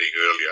earlier